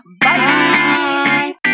Bye